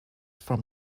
from